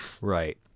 Right